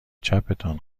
چپتان